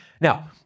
Now